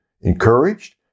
encouraged